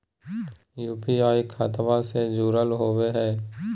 UPI खतबा से जुरल होवे हय?